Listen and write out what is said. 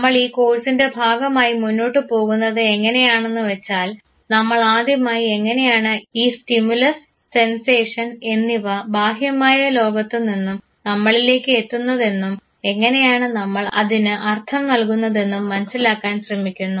നമ്മൾ ഈ കോഴ്സിൻറെ ഭാഗമായി മുന്നോട്ടു പോകുന്നത് എങ്ങനെയാണെന്നുവെച്ചാൽ നമ്മൾ ആദ്യമായി എങ്ങനെയാണ് ഈ സ്റ്റിമുലസ് സെൻസേഷൻ എന്നിവ ബാഹ്യമായ ലോകത്തുനിന്നും നമ്മളിലേക്ക് എത്തുന്നതെന്നും എങ്ങനെയാണ് നമ്മൾ അതിനു അർഥം നൽകുന്നതെന്നും മനസ്സിലാക്കാൻ ശ്രമിക്കുന്നു